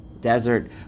desert